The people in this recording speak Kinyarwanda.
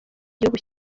gihugu